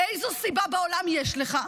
איזו סיבה בעולם יש לך,